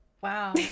Wow